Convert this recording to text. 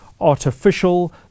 artificial